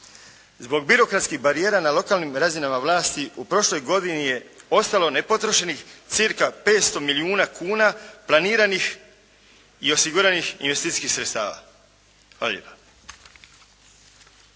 zbog birokratskih barijera na lokalnim razinama vlasti u prošloj godini je ostalo nepotrošenih cirka 500 milijuna kuna planiranih i osiguranih investicijskih sredstava. Hvala